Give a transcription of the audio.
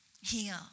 heal